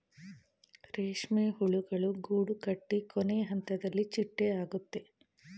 ರೇಷ್ಮೆ ಹುಳುಗಳು ಗೂಡುಕಟ್ಟಿ ಕೊನೆಹಂತದಲ್ಲಿ ಚಿಟ್ಟೆ ಆಗುತ್ತೆ